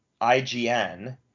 IGN